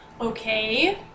Okay